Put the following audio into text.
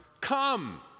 come